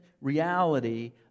reality